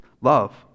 love